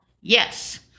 Yes